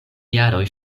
jaroj